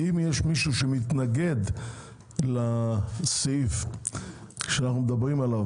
אם יש מישהו שמתנגד לסעיף שאנחנו מדברים עליו